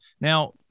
Now